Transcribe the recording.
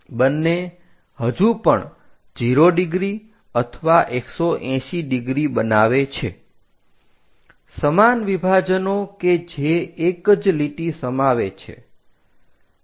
બંને હજુ પણ 0° અથવા 180° બનાવે છે સમાન વિભાજનો કે જે એક જ લીટી સમાવે છે